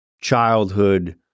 childhood